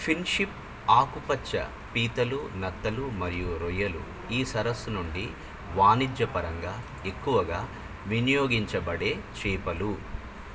ఫిన్ fish ఆకుపచ్చ పీతలు నత్తలు మరియు రొయ్యలు ఈ సరస్సు నుండి వాణిజ్యపరంగా ఎక్కువగా వినియోగించబడే చేపలు